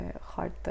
heart